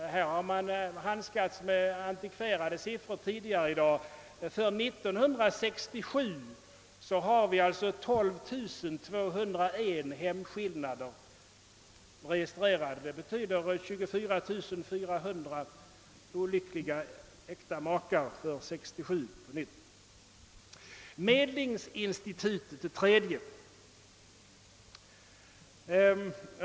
Tidigare i dag har det handskats med antikverade skillsmässosiffror. För 1967 finns 12 201 nya hemskillnader registrerade; det betyder 24 402 olyckliga äkta makar.